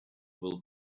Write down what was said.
will